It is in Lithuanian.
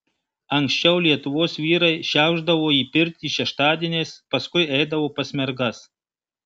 anksčiau lietuvos vyrai šiaušdavo į pirtį šeštadieniais paskui eidavo pas mergas